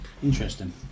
Interesting